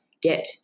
get